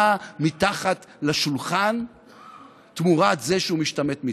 מתחת לשולחן תמורת זה שהוא משתמט מצה"ל.